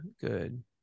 good